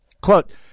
quote